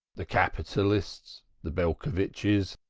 the capitalists, the belcovitches,